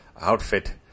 outfit